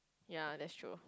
ya that's true